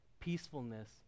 peacefulness